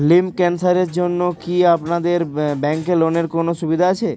Lymph ক্যানসারের জন্য কি আপনাদের ব্যঙ্কে লোনের কোনও সুবিধা আছে?